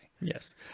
Yes